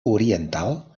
oriental